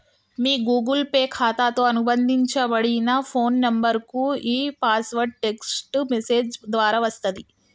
మీ Google Pay ఖాతాతో అనుబంధించబడిన phone నంబర్కు ఈ పాస్వర్డ్ టెక్ట్స్ మెసేజ్ ద్వారా వస్తది